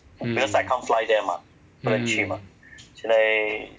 mm mm